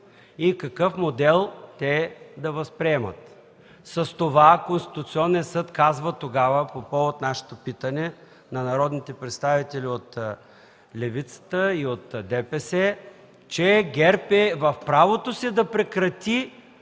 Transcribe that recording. и какъв модел те да възприемат. С това Конституционния съд казва тогава, по повод на нашето питане – на народните представители от левицата и от ДПС, че ГЕРБ е в правото си да прекрати